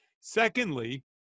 Secondly